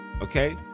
Okay